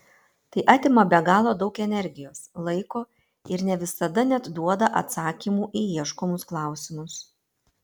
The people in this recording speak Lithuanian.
tai atima be galo daug energijos laiko ir ne visada net duoda atsakymų į ieškomus klausimus